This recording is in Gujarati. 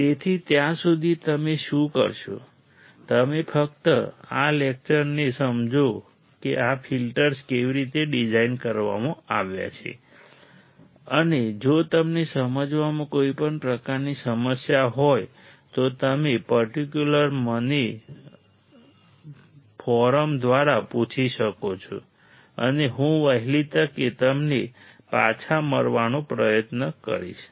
તેથી ત્યાં સુધી તમે શું કરશો તમે ફક્ત આ લેક્ચર જોઈને સમજો કે આ ફિલ્ટર્સ કેવી રીતે ડિઝાઇન કરવામાં આવ્યા છે અને જો તમને સમજવામાં કોઈ પણ પ્રકારની સમસ્યા હોય તો તમે પર્ટિક્યુલર પણે મને ફોરમ દ્વારા પૂછી શકો છો અને હું વહેલી તકે તમને પાછા મળવાનો પ્રયત્ન કરીશ